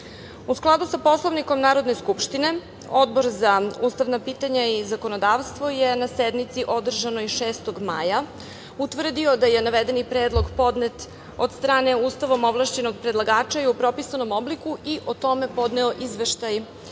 U skladu sa Poslovnikom Narodne skupštine, Odbor za ustavna pitanja i zakonodavstvo je na sednici održanoj 6. maja utvrdio da je navedeni predlog podnet od strane Ustavom ovlašćenog predlagača i u propisanom obliku i o tome podneo izveštaj